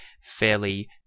fairly